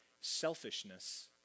selfishness